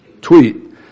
tweet